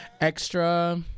Extra